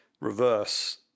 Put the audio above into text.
reverse